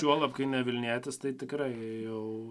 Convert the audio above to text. juolab kai ne vilnietis tai tikrai jau